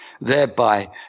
thereby